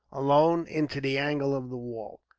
alone, into the angle of the wall.